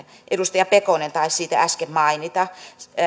edustaja pekonen taisi äsken mainita